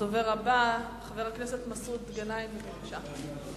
הדובר הבא חבר הכנסת מסעוד גנאים, בבקשה.